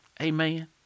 Amen